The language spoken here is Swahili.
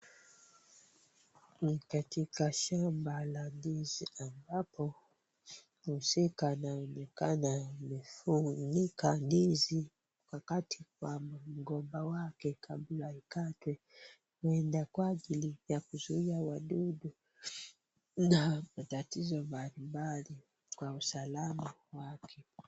Ni katika shamba la ndizi ambapo mhusika anaonekana amefunika ndizi wakati mgomba wake kabla ikatwe inaweza kuwa ili kuzuia madudu na matatizo mbalimbali kwa usalama wa afya.